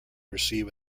receive